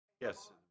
Yes